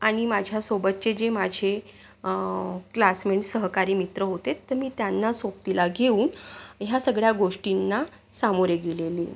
आणि माझ्यासोबतचे जे माझे क्लासमेंट्स सहकारी मित्र होते तर मी त्यांना सोबतीला घेऊन ह्या सगळ्या गोष्टींना सामोरे गेलेली